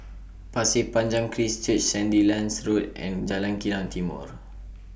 Pasir Panjang Christ Church Sandilands Road and Jalan Kilang Timor